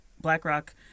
BlackRock